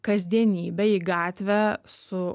kasdienybę į gatvę su